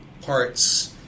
parts